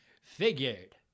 figured